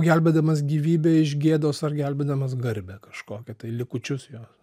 gelbėdamas gyvybę iš gėdos ar gelbėdamas garbę kažkokią tai likučius jos